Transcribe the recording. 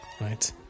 right